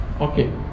Okay